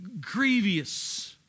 grievous